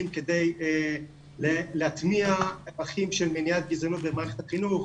כדי להטמיע ערכים של מניעת גזענות במערכת החינוך,